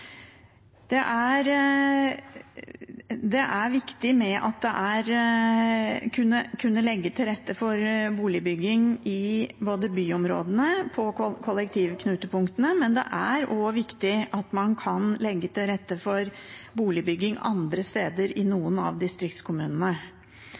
Det er viktig å kunne legge til rette for boligbygging i byområdene, på kollektivknutepunktene, men det er også viktig at man kan legge til rette for boligbygging andre steder i